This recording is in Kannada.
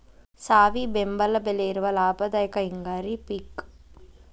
ಸಾವಿ ಬೆಂಬಲ ಬೆಲೆ ಇರುವ ಲಾಭದಾಯಕ ಹಿಂಗಾರಿ ಪಿಕ್